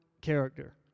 character